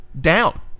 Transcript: down